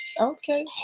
Okay